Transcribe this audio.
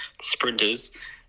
sprinters